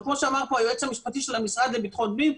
וכמו שאמר פה היועץ המשפטי של המשרד לבטחון פנים,